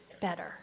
better